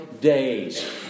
days